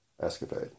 escapade